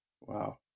Wow